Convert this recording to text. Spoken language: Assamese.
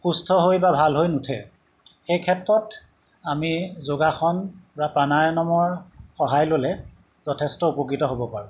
সুস্থ হৈ বা ভাল হৈ নুঠে সেই ক্ষেত্ৰত আমি যোগাসন বা প্ৰাণায়মৰ সহায় ল'লে যথেষ্ট উপকৃত হ'ব পাৰোঁ